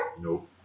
Nope